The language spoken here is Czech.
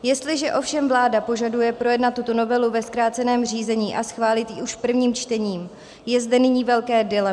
Jestliže ovšem vláda požaduje projednat tuto novelu ve zkráceném řízení a schválit ji už v prvním čtení, je zde nyní velké dilema.